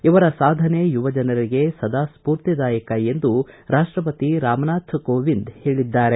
ಇವರ ಸಾಧನೆ ಯುವಜನರಿಗೆ ಸದಾ ಸ್ವೂರ್ತಿದಾಯಕ ಎಂದು ರಾಷ್ಷಪತಿ ರಾಮನಾಥ್ ಕೋವಿಂದ್ ಹೇಳಿದ್ದಾರೆ